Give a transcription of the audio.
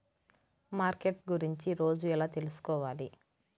Market గురించి రోజు ఎలా తెలుసుకోవాలి?